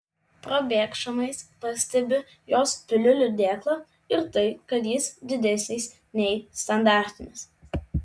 probėgšmais pastebiu jos piliulių dėklą ir tai kad jis didesnis nei standartinis